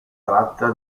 tratta